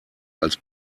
als